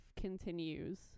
continues